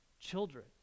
children